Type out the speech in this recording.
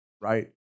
right